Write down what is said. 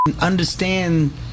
understand